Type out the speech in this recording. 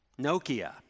Nokia